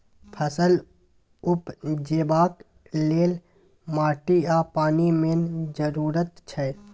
फसल उपजेबाक लेल माटि आ पानि मेन जरुरत छै